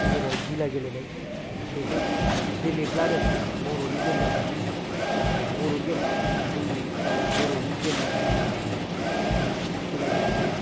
जेरै गिला गेलेनाय बेखौ गेलेब्लानो बर'नि गेम होन्नानै मिथिखायो बर' गेम जोंनि ओ बर'नि गेम होन्नानै मिथिखायो आरो गि गिला गेलेनाय